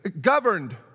Governed